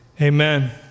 amen